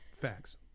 facts